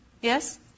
Yes